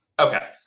Okay